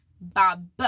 Bob